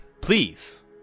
Please